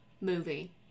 Movie